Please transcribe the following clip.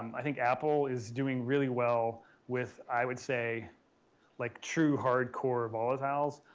i think apple is doing really well with i would say like true hard core volatiles,